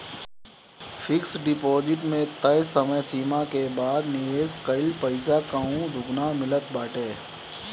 fix deposit में तय समय सीमा के बाद निवेश कईल पईसा कअ दुगुना मिलत बाटे